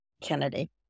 Kennedy